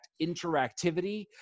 interactivity